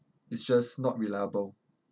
it's just not reliable